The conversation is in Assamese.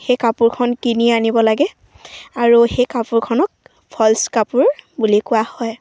সেই কাপোৰখন কিনি আনিব লাগে আৰু সেই কাপোৰখনক ফল্ছ কাপোৰ বুলি কোৱা হয়